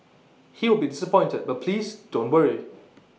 he will be disappointed but please don't worry